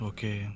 Okay